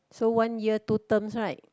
so one year two terms right